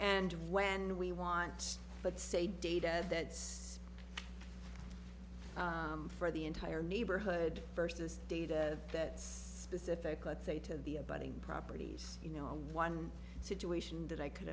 and when we want but say data that's for the entire neighborhood versus data that's specific let's say to be a budding properties you know one situation that i could